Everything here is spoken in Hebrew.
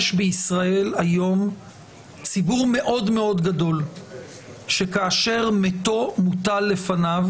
יש היום בישראל ציבור מאוד מאוד גדול שכאשר מתו מוטל לפניו,